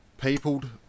peopled